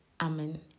amen